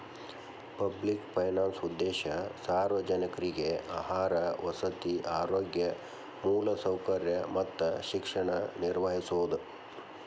public finance ಉದ್ದೇಶ ಸಾರ್ವಜನಿಕ್ರಿಗೆ ಆಹಾರ ವಸತಿ ಆರೋಗ್ಯ ಮೂಲಸೌಕರ್ಯ ಮತ್ತ ಶಿಕ್ಷಣ ನಿರ್ವಹಿಸೋದ